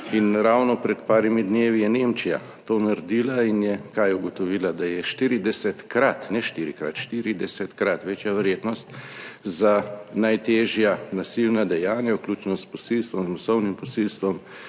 Ravno pred parimi dnevi je Nemčija to naredila in je kaj ugotovila? Da je 40-krat, ne 4-krat, 40-krat večja verjetnost za najtežja nasilna dejanja vključno s posilstvom, z masovnim posilstvom,